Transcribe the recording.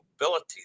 mobility